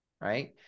right